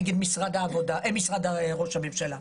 נגד משרד ראש הממשלה.